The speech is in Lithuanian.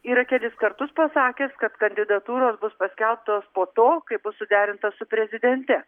yra kelis kartus pasakęs kad kandidatūros bus paskelbtos po to kai bus suderinta su prezidente